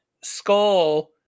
skull